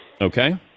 okay